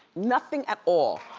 nothing at all.